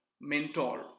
mentor